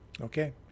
Okay